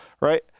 right